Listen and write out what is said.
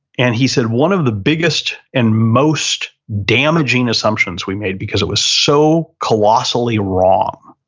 and he said, one of the biggest and most damaging assumptions we made, because it was so colossally wrong,